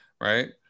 Right